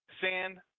San